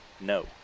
no